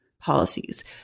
policies